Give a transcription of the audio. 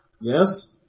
Yes